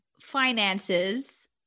finances